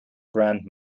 grand